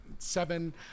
seven